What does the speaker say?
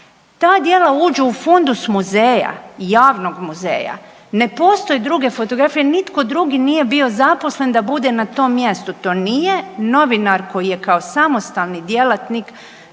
Ta djela uđu u fundus muzeja, javnog muzeja. Ne postoje druge fotografije. Nitko drugi nije bio zaposlen da bude na tom mjestu. To nije novinar koji je kao samostalni djelatnik